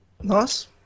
nice